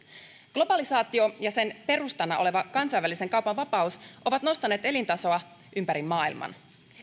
globalisaatio ja sen perustana oleva kansainvälisen kaupan vapaus ovat nostaneet elintasoa ympäri maailman